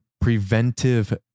preventive